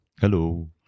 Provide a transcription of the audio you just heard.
Hello